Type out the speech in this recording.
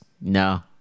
no